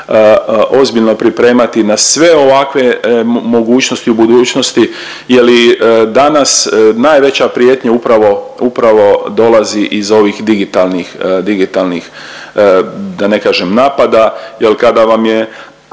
ozbiljno pripremati na sve ovakve mogućnosti u budućnosti je li danas najveća prijetnja upravo, upravo dolazi iz ovih digitalnih, digitalnih da ne